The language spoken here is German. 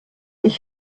ich